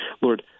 Lord